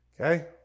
Okay